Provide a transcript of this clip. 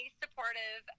supportive